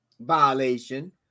violation